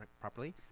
properly